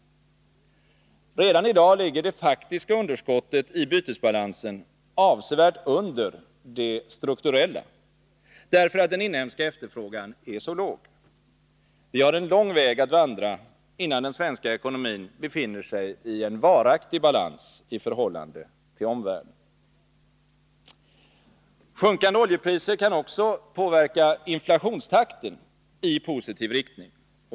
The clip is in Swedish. Redan i dag ligger det faktiska underskottet i bytesbalansen avsevärt under det strukturella, därför att den inhemska efterfrågan är så låg. Vi har en lång väg att vandra, innan den svenska ekonomin befinner sig i en varaktig balans i förhållande till omvärlden. Sjunkande oljepriser kan också påverka inflationstakten i positiv riktning.